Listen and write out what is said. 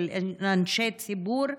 של אנשי ציבור,